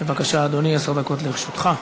בבקשה, אדוני, עשר דקות לרשותך.